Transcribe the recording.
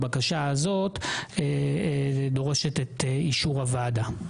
הבקשה הזאת דורשת את אישור הוועדה.